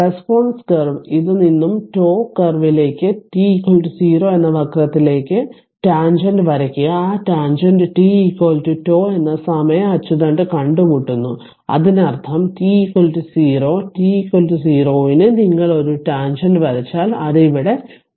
response curve ഇത് നിന്നും τ കാർവിലേക്ക് t 0 എന്ന വക്രത്തിലേക്ക് ടാൻജെന്റ് വരയ്ക്കുക ആ ടാൻജെന്റ് t τ എന്ന സമയ അച്ചുതണ്ട് കണ്ടുമുട്ടുന്നു അതിനർത്ഥം t 0 t 0 ന് നിങ്ങൾ ഒരു ടാൻജെന്റ് വരച്ചാൽ അത് ഇവിടെ τ ഇൽ സന്ദർശിക്കും